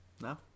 No